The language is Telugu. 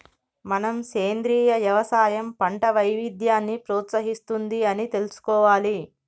మనం సెంద్రీయ యవసాయం పంట వైవిధ్యాన్ని ప్రోత్సహిస్తుంది అని తెలుసుకోవాలి